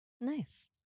Nice